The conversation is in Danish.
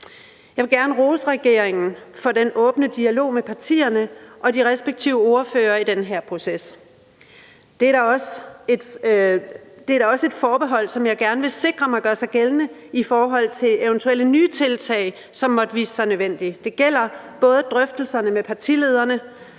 Jeg vil gerne rose regeringen for den åbne dialog med partierne og de respektive ordførere i den her proces. Der er dog også et forbehold, som jeg gerne vil sikre mig gør sig gældende i forhold til eventuelle nye tiltag, som måtte vise sig nødvendige. Det gælder både drøftelserne med partilederne,